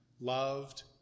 loved